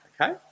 okay